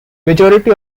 majority